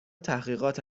تحقیقات